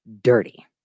dirty